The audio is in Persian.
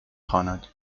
خواند